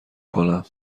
کنم